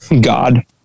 God